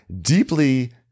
deeply